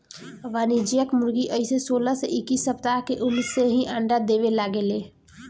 वाणिज्यिक मुर्गी अइसे सोलह से इक्कीस सप्ताह के उम्र से ही अंडा देवे लागे ले